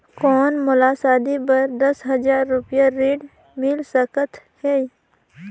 कौन मोला शादी बर दस हजार रुपिया ऋण मिल सकत है?